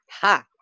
ha